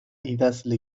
idazle